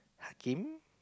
Hakim